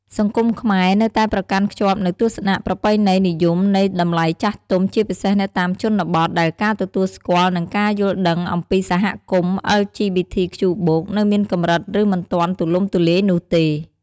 សង្គមខ្មែរនៅតែប្រកាន់ខ្ជាប់នូវទស្សនៈប្រពៃណីនិយមនៃតម្លៃចាស់ទុំ ជាពិសេសនៅតាមជនបទ ដែលការទទួលស្គាល់និងការយល់ដឹងអំពីសហគមន៍ អិល ជី ប៊ី ធី ខ្ជូ បូក (LGBTQ+) នៅមានកម្រិតឬមិនទាន់ទូលំទូលាយនោះទេ។